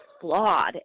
flawed